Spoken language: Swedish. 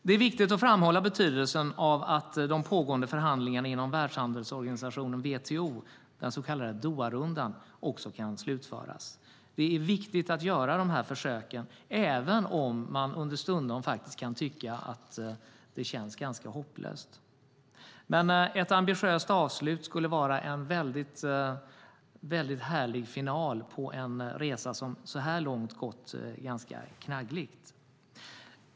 Det är viktigt att framhålla betydelsen av att de pågående förhandlingarna inom världshandelsorganisationen WTO, den så kallade Doharundan, kan slutföras. Det är viktigt att göra de försöken, även om man understundom kan tycka att det känns ganska hopplöst. Ett ambitiöst avslut skulle vara en härlig final på en resa som så här långt gått ganska knaggligt.